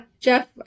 Jeff